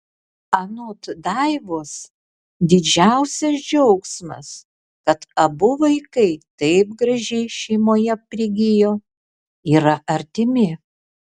anot daivos didžiausias džiaugsmas kad abu vaikai taip gražiai šeimoje prigijo yra artimi